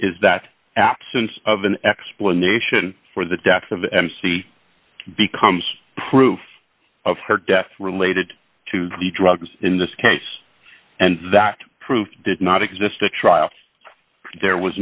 is that absence of an explanation for the death of the mc becomes proof of her death related to the drugs in this case and that proved did not exist a trial there was